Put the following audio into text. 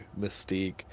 mystique